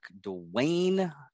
dwayne